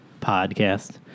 podcast